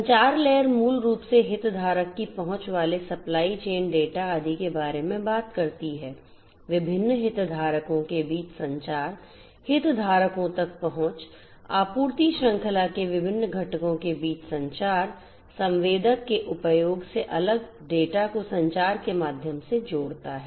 संचार लेयर मूल रूप से हितधारक की पहुंच वाले सप्लाई चैन डाटा आदि के बारे में बात करती है विभिन्न हितधारकों के बीच संचार हितधारकों तक पहुंच आपूर्ति श्रृंखला के विभिन्न घटकों के बीच संचार संवेदक के उपयोग से अलग डेटा को संचार के माध्यम से जोड़ता है